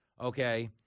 okay